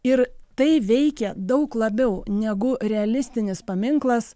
ir tai veikia daug labiau negu realistinis paminklas